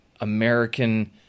American